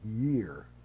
year